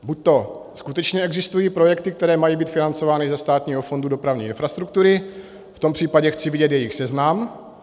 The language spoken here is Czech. Buď skutečně existují projekty, které mají být financovány ze Státního fondu dopravní infrastruktury, v tom případě chci vidět jejich seznam.